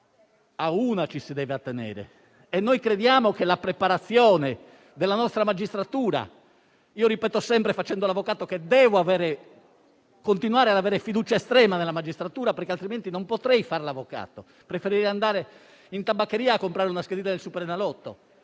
a una ci si deve attenere. E noi crediamo nella preparazione della nostra magistratura. Io ripeto sempre che, facendo l'avvocato, devo continuare ad avere fiducia estrema nella magistratura, perché altrimenti non potrei fare l'avvocato; preferirei andare in tabaccheria a comprare una schedina del SuperEnalotto.